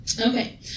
Okay